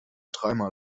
dreimal